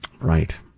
Right